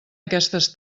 aquestes